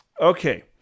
Okay